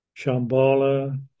Shambhala